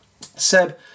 Seb